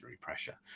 pressure